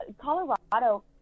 Colorado